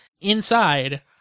inside